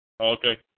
Okay